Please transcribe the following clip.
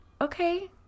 okay